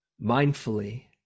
mindfully